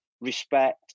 respect